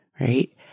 right